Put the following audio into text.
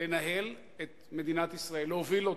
לנהל את מדינת ישראל, להוביל אותה,